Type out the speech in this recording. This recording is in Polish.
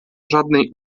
żadnej